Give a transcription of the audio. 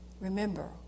remember